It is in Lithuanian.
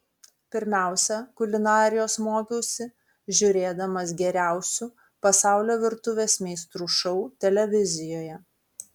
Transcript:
pirmiausia kulinarijos mokiausi žiūrėdamas geriausių pasaulio virtuvės meistrų šou televizijoje